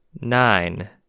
nine